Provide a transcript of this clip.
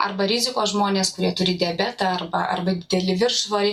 arba rizikos žmonės kurie turi diabetą arba arba didelį viršsvorį